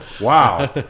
Wow